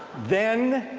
then,